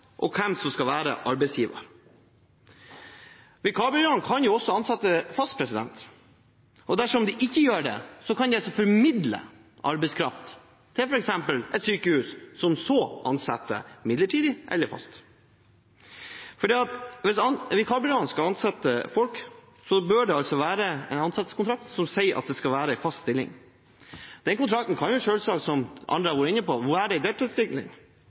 og hvem som skal være arbeidsgiver. Vikarbyråene kan også ansette fast, og dersom de ikke gjør det, kan de formidle arbeidskraft til f.eks. et sykehus, som så ansetter midlertidig eller fast. Hvis vikarbyråene skal ansette folk, bør det altså være en ansettelseskontrakt som sier at det skal være en fast stilling. Den kontrakten kan selvsagt – som andre har vært inne på